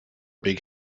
big